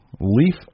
Leaf